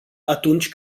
atunci